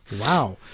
Wow